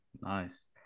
Nice